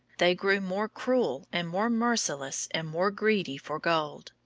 they grew more cruel and more merciless and more greedy for gold.